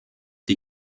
die